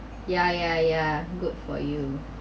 yeah yeah yeah good for you